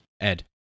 Ed